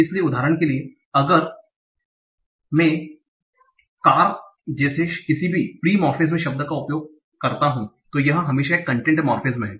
इसलिए उदाहरण के लिए अगर मैं car जैसे किसी भी फ्री मोर्फेमस शब्द का इस्तेमाल करता हूं तो यह हमेशा एक कंटेंट मोर्फेमस है